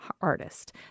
artist